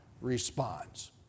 responds